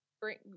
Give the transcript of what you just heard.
bring